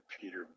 Peter